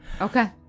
Okay